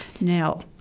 Now